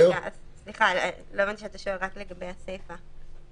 לא הבנתי שאתה שואל לגבי הסיפה.